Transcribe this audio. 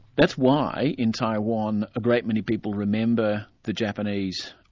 that's why, in taiwan, a great many people remember the japanese,